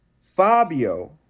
Fabio